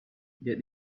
that